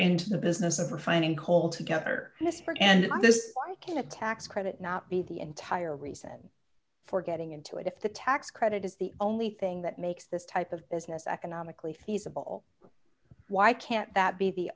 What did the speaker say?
into the business of refining coal together mr and this why can't tax credit not be the entire reason for getting into it if the tax credit is the only thing that makes this type of business economically feasible why can't that be the